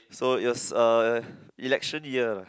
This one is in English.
so it was uh election year lah